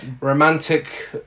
romantic